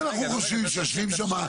אם אנחנו חושבים שיושבים שם.